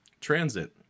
Transit